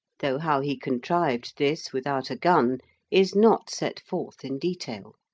though how he contrived this without a gun is not set forth in detail.